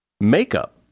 Makeup